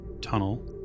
tunnel